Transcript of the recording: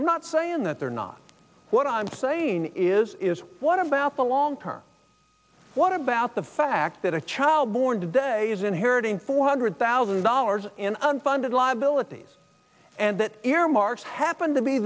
i'm not saying that they're not what i'm saying is what about the long term what about the fact that a child born today is inheriting four hundred thousand dollars in unfunded liabilities and that earmarks happen to be